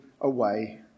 away